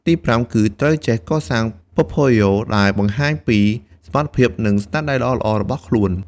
ទីប្រាំ គឺត្រូវចេះ កសាង Portfolio ដែលបង្ហាញពីសមត្ថភាព និងស្នាដៃល្អៗរបស់ខ្លួន។